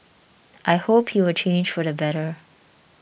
I hope he will change for the better